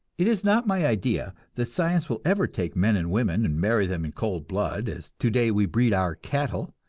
it is not my idea that science will ever take men and women and marry them in cold blood, as today we breed our cattle.